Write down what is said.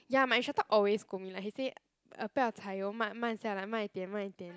ya my instructor always scold me like he say 不要踩油慢慢下来慢一点慢一点